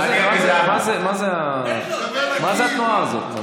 מה זאת התנועה הזאת?